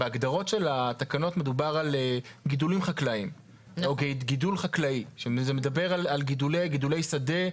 בהגדרות של התקנות מדובר על גידול חקלאי שמדבר על גידולי שדה.